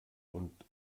und